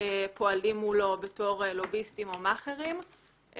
פועלים מולו בתור לוביסטים או מאכערים.